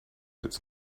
its